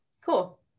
Cool